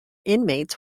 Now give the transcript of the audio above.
inmates